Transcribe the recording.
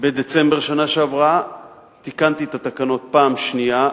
תיקון שני בדצמבר שנה שעברה תיקנתי את התקנות פעם שנייה,